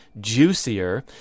juicier